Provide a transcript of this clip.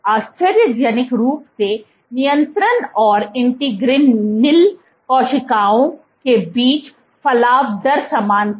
आश्चर्यजनक रूप से नियंत्रण और इंटीग्रिन नल कोशिकाओं के बीच फलाव दर समान थी